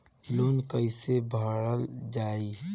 Loan कैसे भरल जाइ?